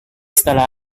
setelah